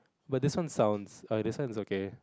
but this one sounds err this one is okay